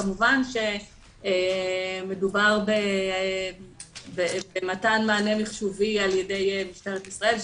כמובן שמדובר במתן מענה מחשובי על ידי משטרת ישראל,